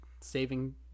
saving